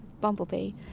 bumblebee